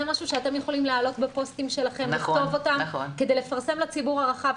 זה משהו שאתם יכולים להעלות בפוסטים שלכם כדי לפרסם לציבור הרחב,